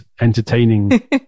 entertaining